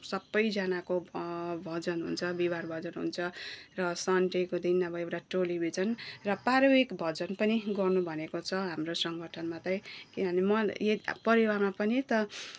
सबैजनाको भजन हुन्छ बिहिवार भजन हुन्छ र सन्डेको दिन अब एउटा टोलि भिजन र पार्विक भजन पनि गर्नुभनेको छ हाम्रो सङ्गठनमा चाहिँ किनभने मन एक परिवारमा पनि त